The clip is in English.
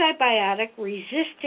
antibiotic-resistant